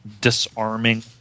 disarming